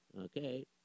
Okay